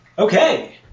Okay